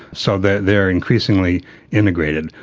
so they they are increasingly integrated.